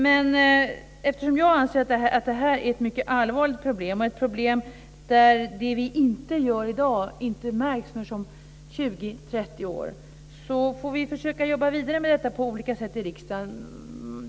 Men jag anser att det här är ett mycket allvarligt problem. Det vi inte gör i dag märks inte förrän om 20, 30 år. Därför får vi försöka jobba vidare med detta på olika sätt i riksdagen.